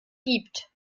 gibt